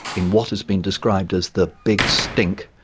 in what has been described as the big stink,